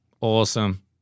Awesome